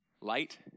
Light